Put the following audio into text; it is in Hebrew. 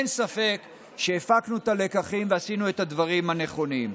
אין ספק שהפקנו את הלקחים ועשינו את הדברים הנכונים.